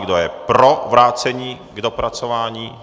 Kdo je pro vrácení k dopracování?